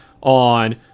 on